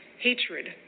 Hatred